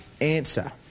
answer